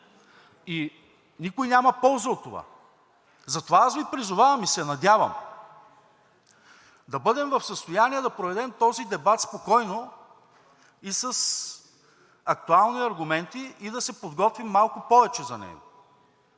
Никой няма полза от това. Затова аз Ви призовавам и се надявам да бъдем в състояние да проведем този дебат спокойно и с актуални аргументи, и да се подготвим малко повече за него.